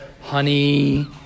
honey